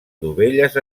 dovelles